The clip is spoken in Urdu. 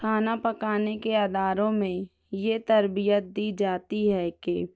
کھانا پکانے کے اداروں میں یہ تربیت دی جاتی ہے کہ